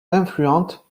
influente